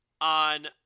on